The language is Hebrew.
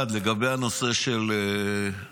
1. לגבי הנושא של סוריה,